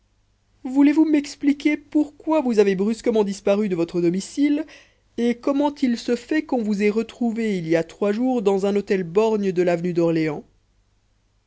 voulez-vous m'expliquer pourquoi vous avez brusquement disparu de votre domicile et comment il se fait qu'on vous ait retrouvé il y a trois jours dans un hôtel borgne de l'avenue d'orléans